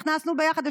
נכנסנו ביחד,